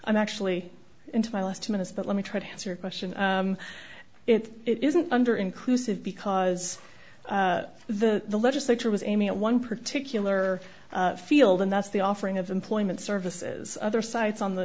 i'm actually into my last minutes but let me try to answer your question if it isn't under inclusive because the legislature was aiming at one particular field and that's the offering of employment services other sites on the